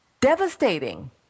devastating